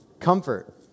comfort